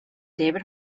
david